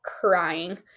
crying